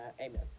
Amen